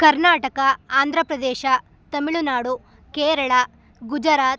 Karnataka Andhra Pradesh Tamil Nadu Kerala Gujarat